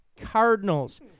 Cardinals